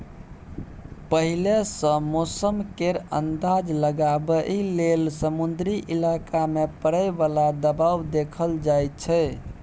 पहिले सँ मौसम केर अंदाज लगाबइ लेल समुद्री इलाका मे परय बला दबाव देखल जाइ छै